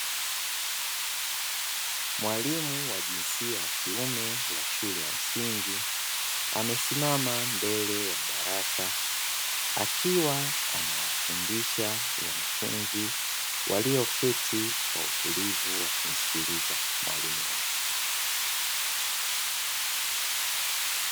Mwalimu wa jinsia ya kiume wa shule ya msingi, amesimama mbele ya darasa akiwa anawafundisha wanafunzi walioketi kwa utulivu wakimsikiliza mwalimu huyo.